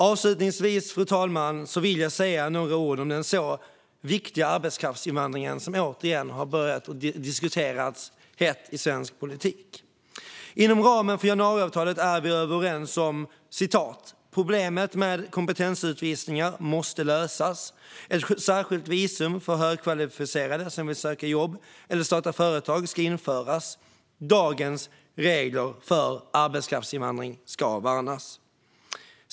Avslutningsvis, fru talman, vill jag säga några ord om den så viktiga arbetskraftsinvandringen, som återigen har börjat diskuteras hett i svensk politik. Inom ramen för januariavtalet är vi överens om att problemet med kompetensutvisningar måste lösas, om att ett särskilt visum för högkvalificerade som vill söka jobb eller starta företag ska införas samt om att dagens regler för arbetskraftsinvandring ska värnas.